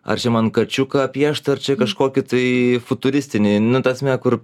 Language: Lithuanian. ar čia man kačiuką piešt ar čia kažkokį tai futuristinį nu ta prasme kur